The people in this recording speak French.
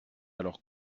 alors